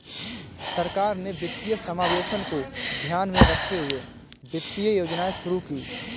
सरकार ने वित्तीय समावेशन को ध्यान में रखते हुए वित्तीय योजनाएं शुरू कीं